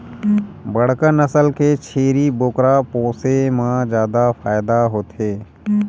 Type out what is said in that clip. बड़का नसल के छेरी बोकरा पोसे म जादा फायदा होथे